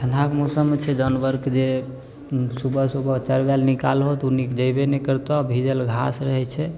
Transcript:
ठण्डाके मौसममे छै जानवरके जे सुबह सुबह चरबैले निकालबऽ तऽ ओ जेबै नहि करतऽ भिजल घास रहै छै